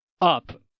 up